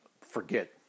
forget